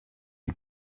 die